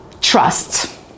trust